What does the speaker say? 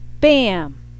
Bam